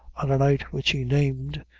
on a night which he named,